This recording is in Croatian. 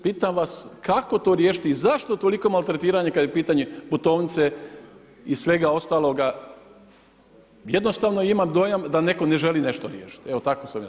Pitam vas, kako to riješiti i zašto toliko maltretiranja kada je pitanje putovnice i svega ostaloga, jednostavno imam dojam da netko ne želi nešto riješiti, evo tako je … Hvala.